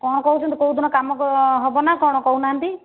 କ'ଣ କହୁଛନ୍ତି କେଉଁଦିନ କାମ ହେବ ନା କ'ଣ କହୁନାହାନ୍ତି